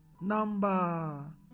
Number